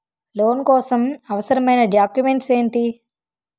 Loan కోసం అవసరమైన documents ఎంటి?